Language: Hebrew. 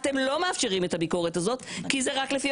אתם לא מאפשרים את הביקורת הזאת כי זה רק לפי